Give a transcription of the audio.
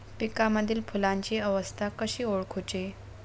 पिकांमदिल फुलांची अवस्था कशी ओळखुची?